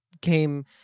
came